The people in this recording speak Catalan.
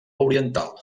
oriental